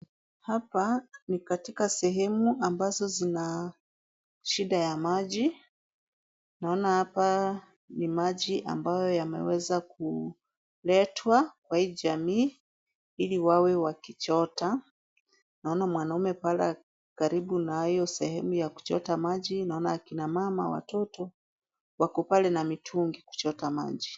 Hapa ni katika sehemu ambazo zina shida ya maji. Naona hapa ni maji ambayo yameweza kuletwa kwa hii jamii ili wawe wakichota. Naona mwanaume pale ako karibu na hiyo sehemu ya kuchota maji. Naona akina mama, watoto wako pale na mitungi kuchota maji.